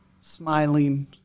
Smiling